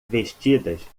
vestidas